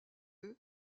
eux